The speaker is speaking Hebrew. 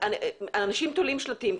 אנשים תולים שלטים,